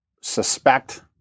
suspect